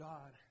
God